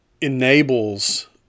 enables